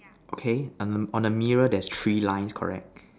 okay on the mirror there's three lines correct